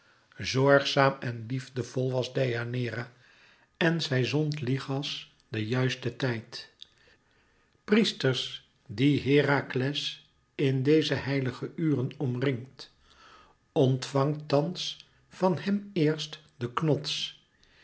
zorgzaam en liefdevol was deianeira en zij zond lichas ten juisten tijd priesters die herakles in deze heilige ure omringt ontvangt thans van hem eerst den knots